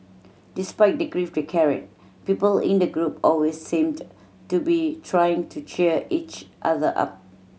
despite the grief they carried people in the group always seemed to be trying to cheer each other up